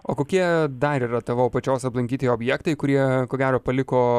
o kokie dar yra tavo pačios aplankyti objektai kurie ko gero paliko